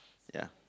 ya